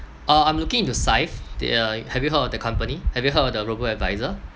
uh I'm looking into syfe they uh have you heard of the company have you heard of the robo advisor